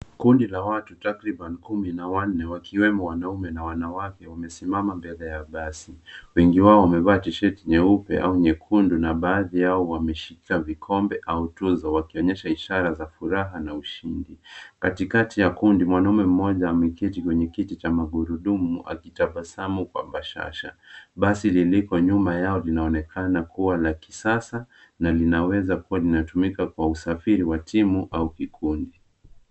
Kundi la watu takribani kumi na wanne wakiwemo wanaume na wanawake wamesimama mbele ya basi. Wengi wao wamevaa tisheti nyeupe au nyekundu na baadhi yao wameshika vikombe au tuzo wakionyesha ishara za furaha na ushindi. Katikati ya kundi mwanaume mmoja ameketi kwenye kiti cha magurudumu akitabasamu kwa bashasha. Basi lilipo nyuma yao linaonekana kuwa la kisasa na linaweza kuwa linatumika kwa usafiri wa timu au kikundi.